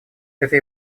эта